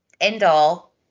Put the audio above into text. end-all